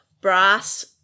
brass